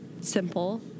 simple